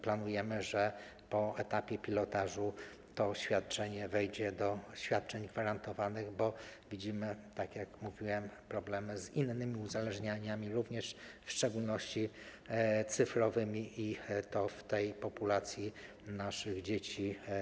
Planujemy, że po etapie pilotażu to świadczenie wejdzie do świadczeń gwarantowanych, bo widzimy, tak jak mówiłem, problemy z innymi uzależnieniami, w szczególności również cyfrowymi, i to w tej populacji naszych dzieci.